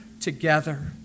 together